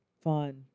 Fun